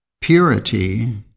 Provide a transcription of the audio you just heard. purity